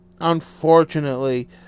Unfortunately